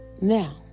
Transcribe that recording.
now